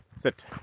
Sit